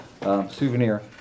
Souvenir